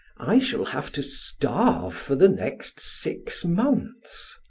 i shall have to starve for the next six months.